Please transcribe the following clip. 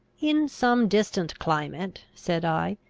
in some distant climate, said i,